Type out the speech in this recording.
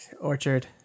Orchard